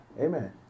Amen